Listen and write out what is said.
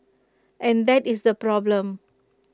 and that is the problem